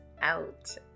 out